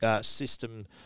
system